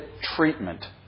treatment